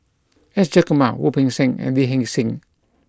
S Jayakumar Wu Peng Seng and Lee Hee Seng